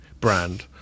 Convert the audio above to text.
brand